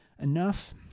enough